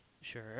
Sure